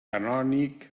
canònic